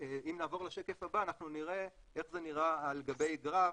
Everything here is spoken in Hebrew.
אם נעבור לשקף הבא אנחנו נראה איך זה נראה על גבי גרף.